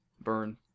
Burn